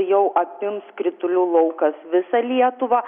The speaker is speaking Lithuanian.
jau apims kritulių laukas visą lietuvą